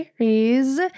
series